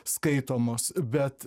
skaitomos bet